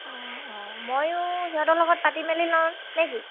অঁ অঁ ময়ো সিহঁতৰ লগত পাতি মেলি লওঁ নেকি